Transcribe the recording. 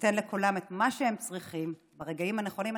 ניתן לכולם את מה שהם צריכים ברגעים הנכונים.